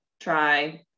try